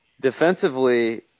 Defensively